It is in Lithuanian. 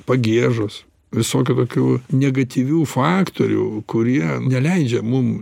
pagiežos visokių tokių negatyvių faktorių kurie neleidžia mum